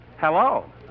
Hello